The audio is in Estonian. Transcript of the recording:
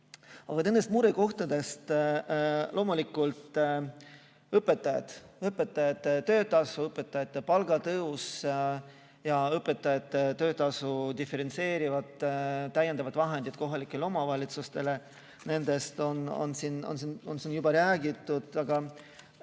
Aga nendest murekohtadest. Loomulikult, õpetajate töötasu, õpetajate palga tõus, õpetajate töötasu diferentseerimine ja täiendavad vahendid kohalikele omavalitsustele. Nendest on siin juba räägitud.